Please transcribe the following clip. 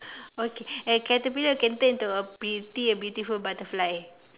okay eh caterpillar can turn to a pretty and beautiful butterfly